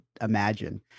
imagine